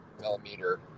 millimeter